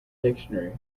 dictionary